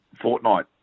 fortnight